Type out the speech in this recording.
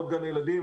גני ילדים,